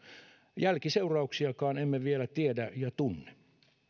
jälkiseurauksiakaan emme vielä tiedä ja tunne